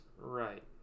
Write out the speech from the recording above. right